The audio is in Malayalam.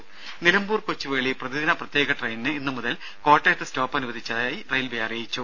രംഭ നിലമ്പൂർ കൊച്ചുവേളി പ്രതിദിന പ്രത്യേക ട്രെയിനിന് ഇന്നുമുതൽ കോട്ടയത്ത് സ്റ്റോപ്പ് അനുവദിച്ചതായി റെയിൽവേ അറിയിച്ചു